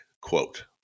quote